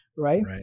Right